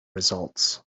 results